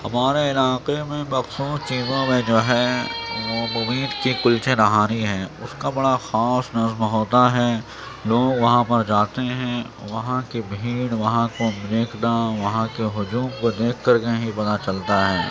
ہمارے علاقے میں مخصوص چیزوں میں جو ہے وہ مبین کے کلچے نہاری ہیں اس کا بڑا خاص نظم ہوتا ہے لوگ وہاں پر جاتے ہیں وہاں کی بھیڑ وہاں کو دیکھنا وہاں کے ہجوم کو دیکھ کر کے ہی پتا چلتا ہے